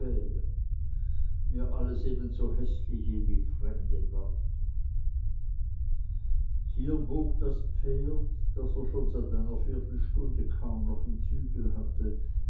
mir alles ebenso häßliche wie fremde wörter hier bog das pferd das er schon seit einer viertelstunde kaum noch im zügel hatte